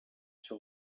sur